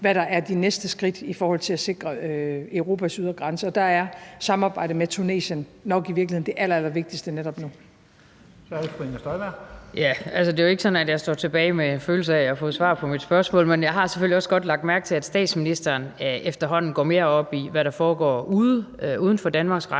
hvad der er de næste skridt i forhold til at sikre Europas ydre grænse, og der er samarbejdet med Tunesien nok i virkeligheden det allerallervigtigste netop nu. Kl. 13:09 Første næstformand (Leif Lahn Jensen): Så er det fru Inger Støjberg. Kl. 13:09 Inger Støjberg (DD): Altså, det er ikke sådan, at jeg står tilbage med følelsen af at have fået svar på mit spørgsmål, men jeg har selvfølgelig også godt lagt mærke til, at statsministeren efterhånden går mere op i, hvad der foregår uden for Danmarks grænser,